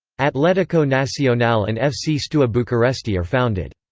atletico nacional and fc steaua bucuresti are founded.